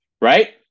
Right